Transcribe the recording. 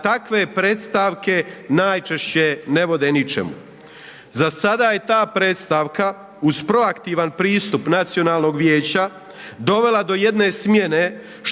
takve predstavke najčešće ne vode ničemu. Za sada je ta predstavka uz proaktivan pristup Nacionalnog vijeća dovela do jedne smjene što